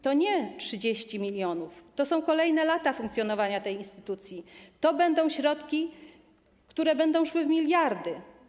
To nie 30 mln, to są kolejne lata funkcjonowania tej instytucji, to będą środki, które będą szły w miliardy.